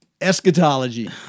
Eschatology